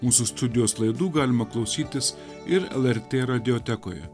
mūsų studijos laidų galima klausytis ir lrt radiotekoje